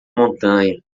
montanha